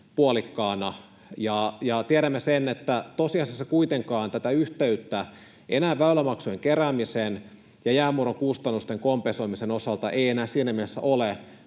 puolikkaana, ja tiedämme, että tosiasiassa kuitenkaan tätä yhteyttä väylämaksujen keräämisen ja jäänmurron kustannusten kompensoimisen osalta ei enää siinä mielessä ole